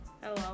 Hello